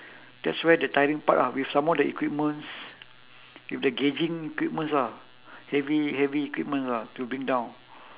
that's where the tiring part ah with some more the equipments with the gauging equipments ah heavy heavy equipments ah to bring down